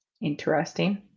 Interesting